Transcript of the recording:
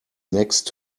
next